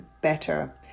better